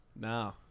No